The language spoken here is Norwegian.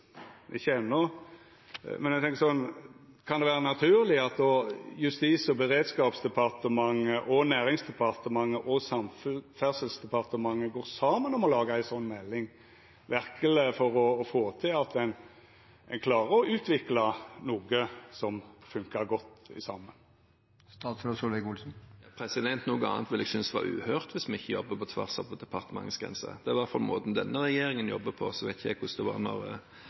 at Justis- og beredskapsdepartementet, Nærings- og fiskeridepartementet og Samferdselsdepartementet går saman om å laga ei slik melding, for verkeleg å få til å utvikla noko som fungerer godt saman? Jeg ville synes det var uhørt om vi ikke jobbet på tvers av departementenes grenser. Det er i hvert fall måten denne regjeringen jobber på. Jeg vet ikke hvordan det var da representanten Rommetveits parti satt i regjering forrige gang. Vi har fått mange innspill fra de andre departementene når